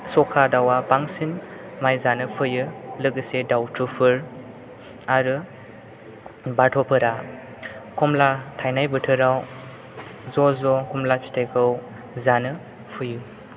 सखा दाउआ बांसिन माइ जानो फैयो लोगोसे दाउथुफोर आरो बाथ'फोरा कमला थायनाय बोथोराव ज' ज' कमला फिथाइखौ जानो फैयो